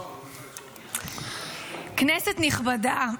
כנסת נכבדה,